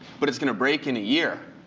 but it's going to break in a year,